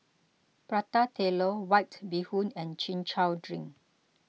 Prata Telur White Bee Hoon and Chin Chow Drink